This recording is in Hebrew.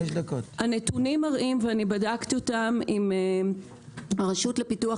הנתונים מראים ואני בדקתי אותם עם הרשות לפיתוח